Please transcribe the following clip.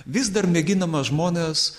vis dar mėginama žmones